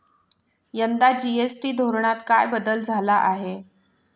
यंदा जी.एस.टी धोरणात काय बदल झाला आहे?